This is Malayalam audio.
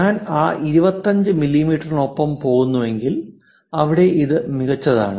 ഞാൻ ആ 25 മില്ലീമീറ്ററിനൊപ്പം പോകുന്നുവെങ്കിൽ ഇവിടെ ഇത് മികച്ചതാണ്